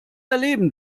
erleben